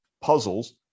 puzzles